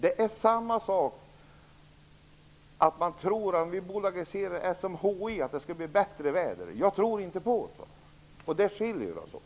Det är samma sak som att tro att det skall bli bättre väder om vi bolagiserar SMHI. Jag tror inte på det. Där skiljer vi oss åt.